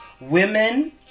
Women